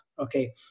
Okay